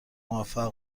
موفق